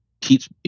keeps